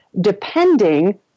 depending